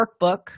workbook